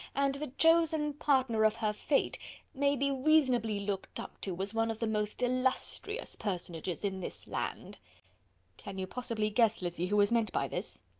and the chosen partner of her fate may be reasonably looked up to as one of the most illustrious personages in this land can you possibly guess, lizzy, who is meant by this?